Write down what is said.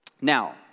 Now